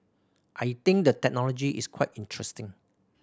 I think the technology is quite interesting